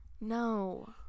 No